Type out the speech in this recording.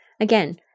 again